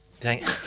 Thank